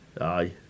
Aye